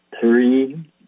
three